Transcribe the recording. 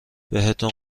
بهتون